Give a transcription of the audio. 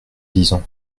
disant